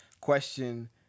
question